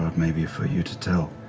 maybe, for you to tell